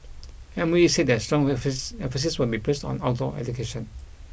M O E said that strong emphasis emphasis will be placed on outdoor education